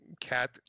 cat